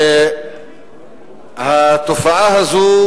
והתופעה הזאת,